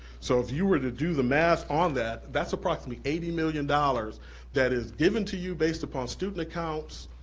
so if you were to do the math on that, that's approximately eighty million dollars that is given to you based upon students accounts,